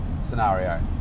scenario